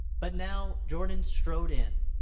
but now, jordan strode in,